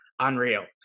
Unreal